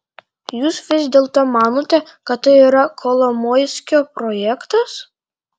jūs vis dėlto manote kad tai yra kolomoiskio projektas